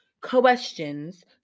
questions